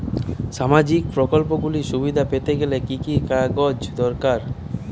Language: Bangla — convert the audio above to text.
সামাজীক প্রকল্পগুলি সুবিধা পেতে গেলে কি কি কাগজ দরকার?